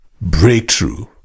Breakthrough